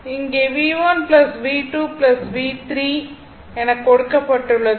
இங்கே V1 V2 V3 எனக் கொடுக்கப்பட்டுள்ளது